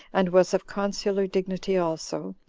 and was of consular dignity also,